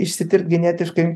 išsitirt genetiškai